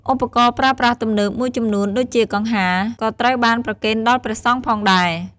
ឧបករណ៍ប្រើប្រាស់ទំនើបមួយចំនួន ដូចជាកង្ហារ ក៏ត្រូវបានប្រគេនដល់ព្រះសង្ឃផងដែរ។